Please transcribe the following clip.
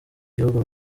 gihugu